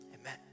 Amen